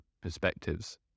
perspectives